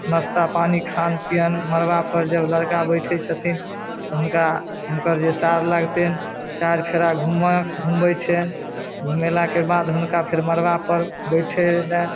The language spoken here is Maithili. नस्ता पानि खान पियान मरबा पर जब लड़का बैठै छथिन तऽ हुनका हुनकर जे सार लगथिन सार फेरा घुमा घुमबै छैनि घुमेलाके बाद हुनका फेर मरबा पर बैठै यऽ